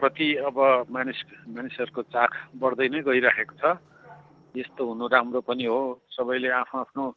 प्रति अब मानिस मानिसहरूको चाख बढ्दै नै गइरहेको छ त्यस्तो हुनु राम्रो पनि हो सबैले आफ आफ्नो